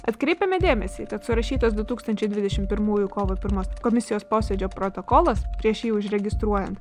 atkreipiame dėmesį tad surašytas du tūkstančiai dvidešim pirmųjų kovo pirmos komisijos posėdžio protokolas prieš jį užregistruojant